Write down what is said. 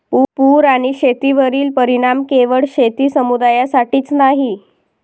पूर आणि शेतीवरील परिणाम केवळ शेती समुदायासाठीच नाही